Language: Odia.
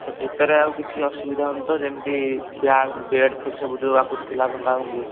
ସେ ଭିତରେ ଆଉ କିଛି ଅସୁବିଧା ହେଉନି ତ ଯେମିତି ବେଡ଼ ଫେଡ଼ ସବୁ ଆଗରୁ ଥିଲା ଭଙ୍ଗା ଭଙ୍ଗି